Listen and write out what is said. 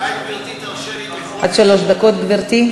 אולי גברתי תרשה לי, עד שלוש דקות, גברתי.